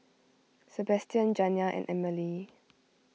Sebastian Janiah and Amalie